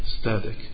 static